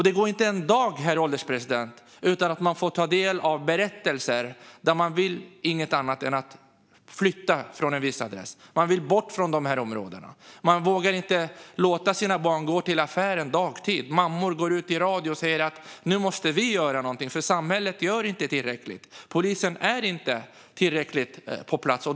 Det går inte en dag, herr ålderspresident, utan att man får ta del av berättelser där människor inget annat vill än flytta från en viss adress. De vill bort från de här områdena. De vågar inte låta sina barn gå till affären under dagtid. Mammor går ut i radio och säger: Nu måste vi själva göra någonting, för samhället gör inte tillräckligt. Polisen finns inte på plats.